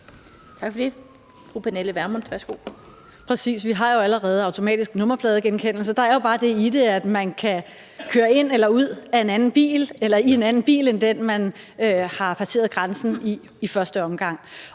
vi har jo allerede automatisk nummerpladegenkendelse. Der er jo bare det i det, at man kan køre ind eller ud i en anden bil end den, man i første omgang